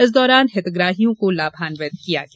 इस दौरान हितग्राहियों को लाभान्वित किया गया